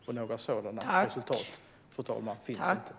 Men några sådana resultat finns inte, fru talman.